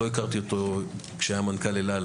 לא הכרתי אותו כשהוא היה מנכ"ל אל-על,